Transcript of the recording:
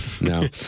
No